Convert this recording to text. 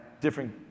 different